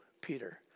Peter